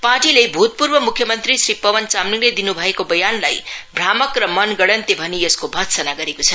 पार्टीले भूतपूर्व मुख्य मंत्री श्री पवन चामलिङले दिन् भएका वयानलाई भ्रामक र मनगणन्ते भनी यसको भत्सर्न गरेको छ